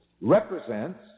represents